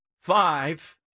five